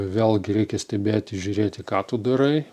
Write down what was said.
vėlgi reikia stebėti žiūrėti ką tu darai